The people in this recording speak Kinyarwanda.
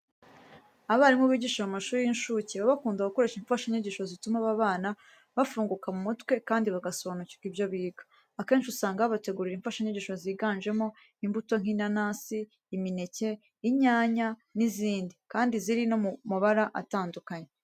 Abarimu bigisha mu mashuri y'incuke baba bakunda gukoresha imfashanyigisho zituma aba bana bafunguka mu mutwe kandi bagasobanukirwa ibyo biga. Akenshi usanga babategurira imfashanyigisho ziganjemo imbuto nk'inanasi, imineke, inyanya n'izindi kandi ziri no mu mabara atandukanye.